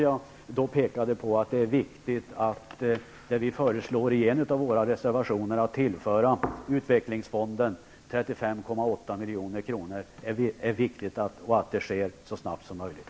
Jag pekade på att det är viktigt att tillföra utvecklingsfonden 35,8 milj.kr. så snart som möjligt, som vi föreslår i en av våra reservationer.